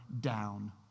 down